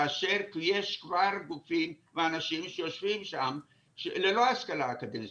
כאשר יש כבר גופים ואנשים שיושבים שם ללא השכלה אקדמית.